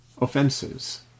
offenses